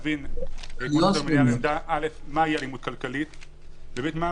אבל האלימות הכלכלית כנראה לא תיגמר כי לא